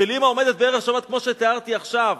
של אמא שעומדת בערב שבת כמו שתיארתי עכשיו,